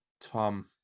Tom